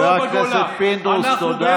חבר הכנסת פינדרוס, תודה.